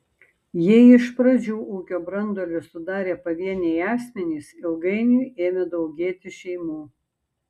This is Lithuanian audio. jei iš pradžių ūkio branduolį sudarė pavieniai asmenys ilgainiui ėmė daugėti šeimų